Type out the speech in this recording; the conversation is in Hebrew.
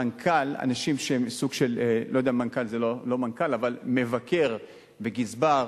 מנכ"ל, לא יודע אם מנכ"ל, אבל מבקר וגזבר,